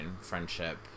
friendship